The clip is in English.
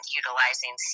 utilizing